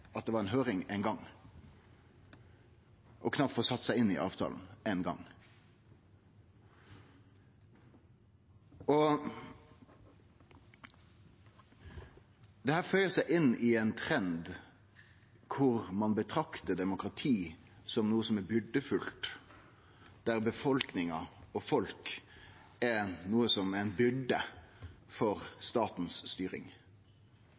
at det var ei høyring, og knapt hadde fått sett seg inn i avtalen. Dette føyer seg inn i ein trend der ein betraktar demokratiet som noko som er byrdefullt, der folket er ei byrde for styringa til staten. Når ein